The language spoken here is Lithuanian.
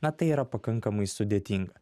na tai yra pakankamai sudėtinga